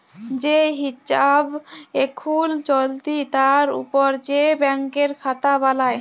যে হিছাব এখুল চলতি তার উপর যে ব্যাংকের খাতা বালাই